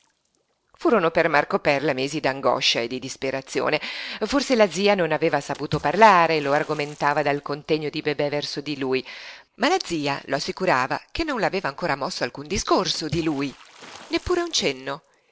furono per marco perla mesi d'angoscia e di disperazione forse la zia non aveva saputo parlare lo argomentava dal contegno di bebè verso di lui ma la zia lo assicurava che non le aveva ancor mosso alcun discorso di lui neppure un cenno